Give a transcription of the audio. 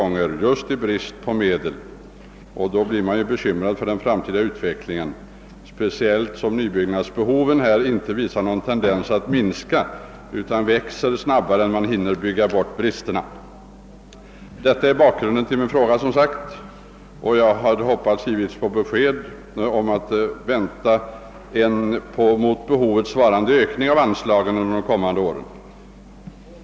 När man ser sådant hända blir man bekymrad för den framtida utvecklingen, speciellt som nybyggnadsbehoven inte visar någon tendens att minska utan tvärtom växer snabbare än man hinner bygga bort bristerna. Jag hade givetvis hoppats att få besked om att man kan vänta en mot behovet svarande ökning av anslagen under de kommande åren.